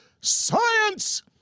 science